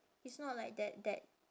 it's not like that that